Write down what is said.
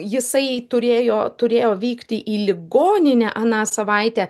jisai turėjo turėjo vykti į ligoninę aną savaitę